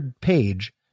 page